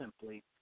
simply